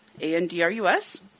A-N-D-R-U-S